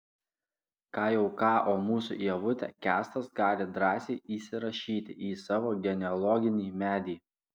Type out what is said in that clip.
ką jau ką o mūsų ievutę kęstas gali drąsiai įsirašyti į savo genealoginį medį